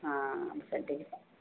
हाँ बस अड्डे के पास